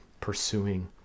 pursuing